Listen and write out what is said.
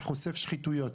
כחושף שחיתויות.